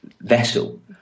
vessel